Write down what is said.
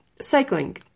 Cycling